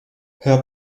her